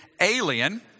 alien